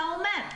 אתה אומר,